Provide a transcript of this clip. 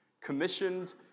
commissioned